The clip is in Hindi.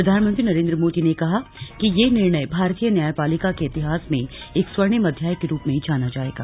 प्रधानमंत्री नरेन्द्र मोदी ने कहा कि यह निर्णय भारतीय न्यायपालिका के इतिहास में एक स्वर्णिम अध्याय के रूप में जाना जायेगा